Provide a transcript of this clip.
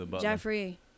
Jeffrey